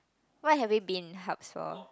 what have we been hubs for